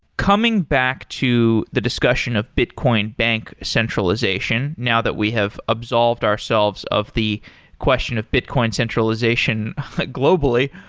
coming back to the discussion of bitcoin bank centralization, now that we have absolved ourselves of the question of bitcoin centralization globally.